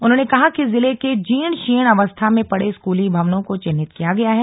उन्होंने कहा कि जिले के जीर्ण शीर्ण अवस्था में पडे स्कूली भवनों को चिन्हित किया गया है